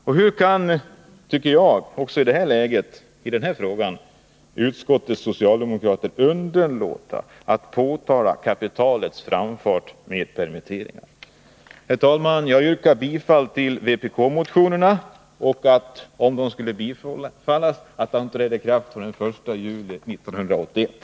Och hur kan utskottets socialdemokrater i detta läge underlåta att påtala kapitalets framfart med permitteringar? Herr talman! Jag yrkar bifall till vpk-motionerna och, om de skulle bifallas, att förslagen i dem träder i kraft den 1 juli 1981.